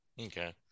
okay